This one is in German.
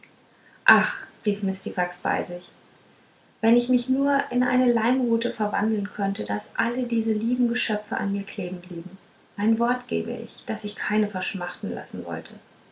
ach rief mistifax bei sich wenn ich mich nur in eine leimrute verwandeln könnte daß alle diese lieben geschöpfchen an mir kleben blieben mein wort gebe ich daß ich keine verschmachten lassen wollte